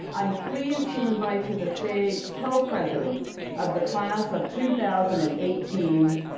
i'm pleased to invite to the stage co presidents of the class of two thousand and eighteen,